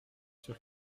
sûr